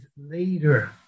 later